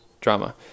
drama